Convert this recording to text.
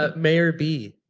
ah mayor b,